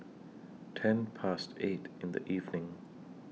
ten Past eight in The evening